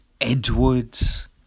Edwards